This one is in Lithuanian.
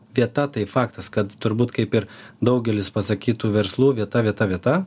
vieta tai faktas kad turbūt kaip ir daugelis pasakytų verslų vieta vieta vieta